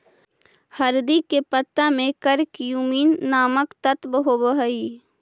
हरदी के पत्ता में करक्यूमिन नामक तत्व होब हई